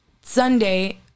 sunday